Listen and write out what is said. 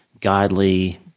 godly